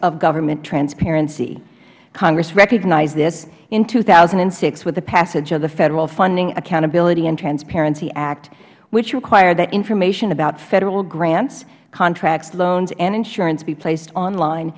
of government transparency congress recognized this in two thousand and six with the passage of the federal funding accountability and transparency act which required that information about federal grants contracts loans and insurance be placed online